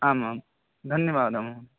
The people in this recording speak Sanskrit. आम् आं धन्यवादः महोदयः